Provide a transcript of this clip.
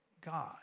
God